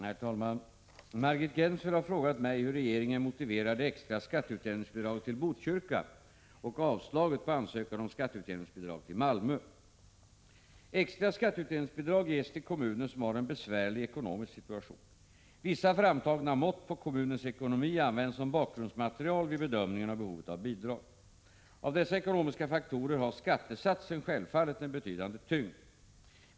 Herr talman! Margit Gennser har frågat mig hur regeringen motiverar det extra skatteutjämningsbidraget till Botkyrka och avslaget på ansökan om skatteutjämningsbidrag till Malmö. Extra skatteutjämningsbidrag ges till kommuner som har en besvärlig ekonomisk situation. Vissa framtagna mått på kommunens ekonomi används som bakgrundsmaterial vid bedömningen av behovet av bidrag. Av dessa ekonomiska faktorer har skattesatsen självfallet en betydande tyngd.